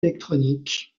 électronique